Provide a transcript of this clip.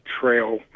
trail